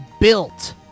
built